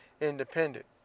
independent